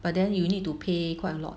but then you need to pay quite a lot